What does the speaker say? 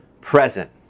present